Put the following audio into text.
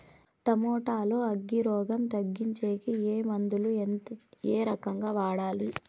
Tomato లో అగ్గి రోగం తగ్గించేకి ఏ మందులు? ఎంత? ఏ రకంగా వాడాలి?